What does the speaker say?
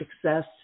Success